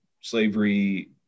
slavery